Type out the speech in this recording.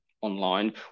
online